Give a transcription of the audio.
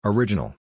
Original